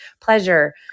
pleasure